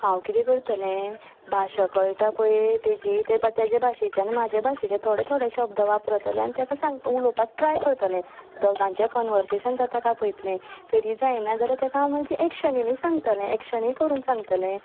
बाबा हांव किदें करतलें भाशा कळटा पळय ताजी ताज्या भाशेच्यान म्हज्या भाशेचे थोडें थोडें शब्द वापरतलें आनी ताका सांगपाक उलोपाक ट्राय करतलें दोगांचेय कनवरसेशन जाता काय पळयतले तरी जायना जाल्यार ताका हांव एक्शनींनी सांगतलें एक्शनी करून सांगतलें